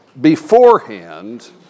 beforehand